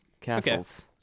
castles